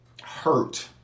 hurt